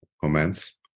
comments